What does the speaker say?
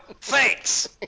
Thanks